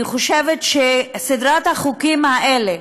אני חושבת שסדרת החוקים האלה,